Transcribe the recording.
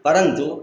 परन्तु